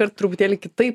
ir truputėlį kitaip